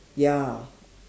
ya